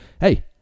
hey